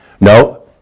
No